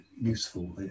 useful